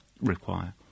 require